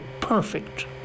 perfect